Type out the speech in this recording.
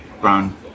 brown